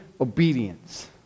obedience